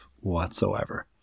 whatsoever